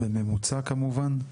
בממוצע, כמובן.